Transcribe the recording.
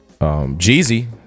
jeezy